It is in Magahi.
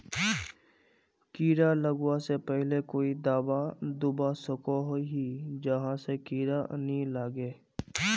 कीड़ा लगवा से पहले कोई दाबा दुबा सकोहो ही जहा से कीड़ा नी लागे?